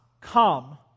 come